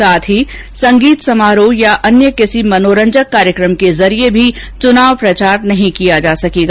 साथ ही संगीत समारोह या अन्य किसी मनोरंजक कार्यकम के जरिए भी चुनाव प्रचार नहीं किया जा सकेगा